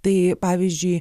tai pavyzdžiui